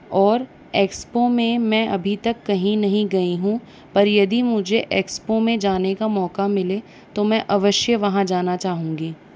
और एक्सपो में मैं अभी तक कहीं नहीं गई हूँ पर यदि मुझे एक्सपो में जाने का मौका मिले तो मैं अवश्य वहाँ जाना चाहूँगी